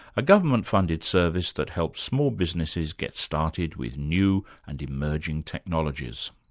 a government-funded service that helps small businesses get started with new and emerging technologies.